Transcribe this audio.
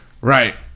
Right